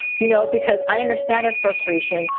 you know, because i understand his frustration.